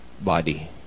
body